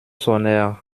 sonnèrent